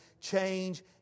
Change